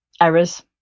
errors